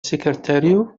секретарю